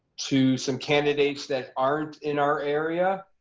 to some candidates that aren't in our area.